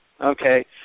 Okay